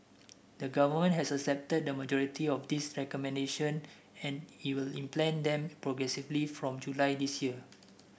the government has accepted the majority of these recommendation and he will implement them progressively from July this year